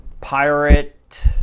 Pirate